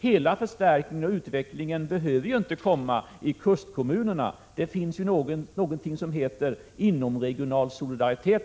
Hela förstärkningen och utvecklingen behöver inte skapas i kustkommunerna. Det finns också något som heter inomregional solidaritet.